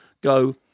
go